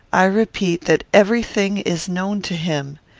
i repeat, that every thing is known to him.